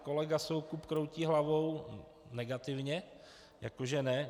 Kolega Soukup kroutí hlavou negativně, jako že ne.